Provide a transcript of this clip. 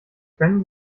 können